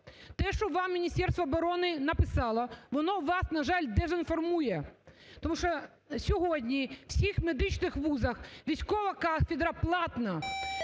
Те, що вам Міністерство оборони написало, воно вас, на жаль дезінформує. Тому що сьогодні у всіх медичних вузах військова кафедра платна.